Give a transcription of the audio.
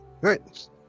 right